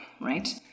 right